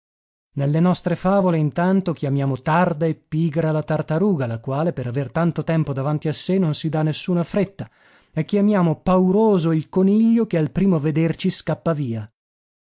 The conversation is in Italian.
nelle nostre favole intanto chiamiamo tarda e pigra la tartaruga la quale per aver tanto tempo davanti a sé non si dà nessuna fretta e chiamiamo pauroso il coniglio che al primo vederci scappa via